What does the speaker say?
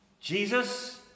Jesus